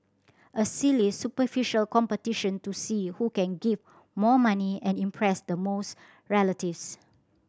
a silly superficial competition to see who can give more money and impress the most relatives